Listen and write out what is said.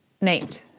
named